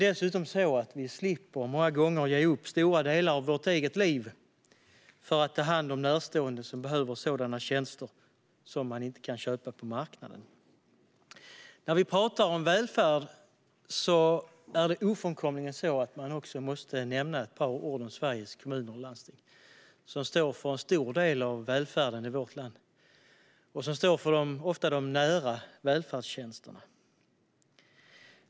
Dessutom slipper vi många gånger ge upp stora delar av vårt eget liv för att ta hand om närstående som behöver sådana tjänster som man inte kan köpa på marknaden. När vi talar om välfärd måste vi ofrånkomligen också nämna ett par ord om Sveriges kommuner och landsting, som står för en stor del av välfärden i vårt land. De står också ofta för de nära välfärdstjänsterna.